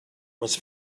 was